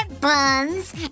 buns